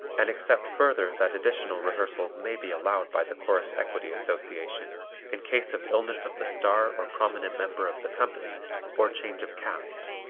and except further that additional rehearsals may be allowed by the chorus equity association in case of illness of the star or prominent member of the company or change of cast.